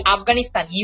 Afghanistan